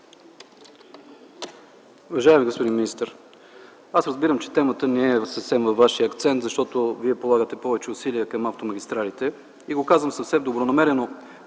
Уважаеми господин министър! Аз разбирам, че темата не е съвсем във вашия акцент, защото Вие полагате повече усилия към автомагистралите, и го казвам съвсем добронамерено.